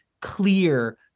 clear